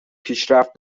پیشرفت